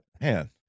Man